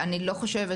אני לא חושבת